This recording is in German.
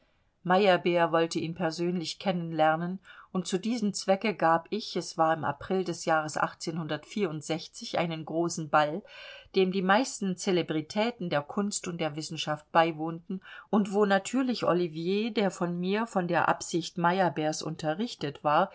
meyerbeer wollte ihn persönlich kennen lernen und zu diesem zwecke gab ich es war im april des jahres einen großen ball dem die meisten celebritäten der kunst und der wissenschaft beiwohnten und wo natürlich ollivier der von mir von der absicht meyerbeers unterrichtet war